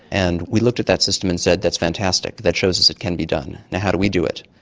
and we looked at that system and said that's fantastic, that shows us it can be done. now, how do we do it,